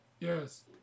Yes